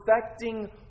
perfecting